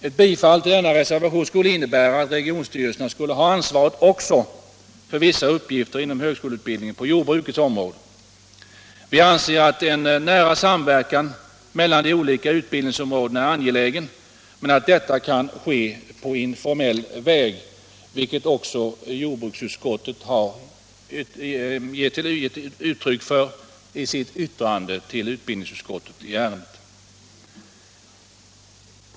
Ett bifall till denna reservation skulle innebära att regionstyrelserna skulle ha ansvaret också för vissa uppgifter inom högskoleutbildningen på jordbrukets område. Vi anser att en nära samverkan mellan de olika utbildningsområdena är angelägen men att denna kan ske på informell väg, vilket jordbruksutskottet gett uttryck för i sitt yttrande till utbildningsutskottet i ärendet.